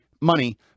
money